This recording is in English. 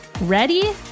Ready